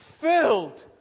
filled